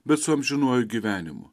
bet su amžinuoju gyvenimu